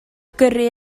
gyrru